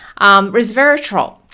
Resveratrol